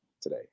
today